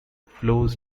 flows